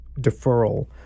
deferral